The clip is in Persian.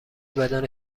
بدن